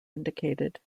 indicated